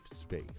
space